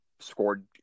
scored